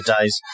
days